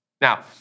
Now